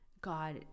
God